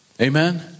Amen